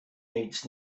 needs